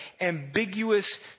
ambiguous